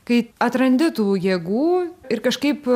kai atrandi tų jėgų ir kažkaip